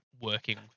working